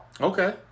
Okay